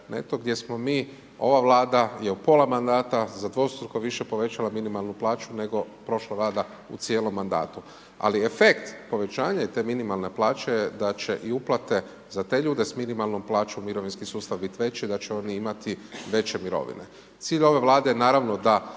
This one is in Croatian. gdje smo mi, ova Vlada je u pola mandata za dvostruko više povećala minimalnu plaću nego prošla Vlada u cijelom mandatu. Ali efekt povećanja te minimalne plaće je da će i uplate za te ljude s minimalnom plaćom mirovinski sustav bit veći da će oni imati veće mirovine. Cilj ove Vlade naravno da